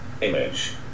image